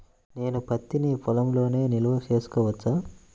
నేను పత్తి నీ పొలంలోనే నిల్వ చేసుకోవచ్చా?